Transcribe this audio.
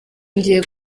ngiye